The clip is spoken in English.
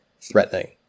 threatening